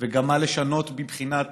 ומה לשנות מבחינת